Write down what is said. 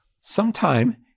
sometime